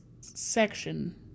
section